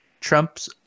Trump's